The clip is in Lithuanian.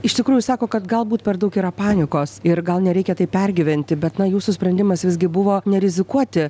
iš tikrųjų sako kad galbūt per daug yra panikos ir gal nereikia taip pergyventi bet na jūsų sprendimas visgi buvo nerizikuoti